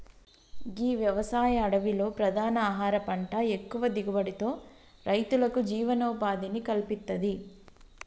గీ వ్యవసాయం అడవిలో ప్రధాన ఆహార పంట ఎక్కువ దిగుబడితో రైతులకు జీవనోపాధిని కల్పిత్తది